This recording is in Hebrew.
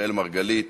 אראל מרגלית,